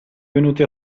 venuti